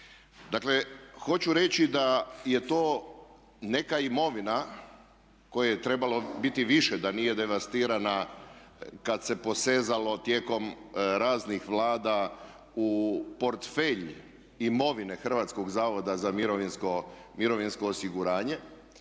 Dakle, hoću reći da je to neka imovina koje je trebalo biti više da nije devastirana kad se posezalo tijekom raznih Vlada u portfelj imovine HZMO-a jer je ta imovina bila